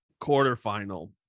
quarterfinal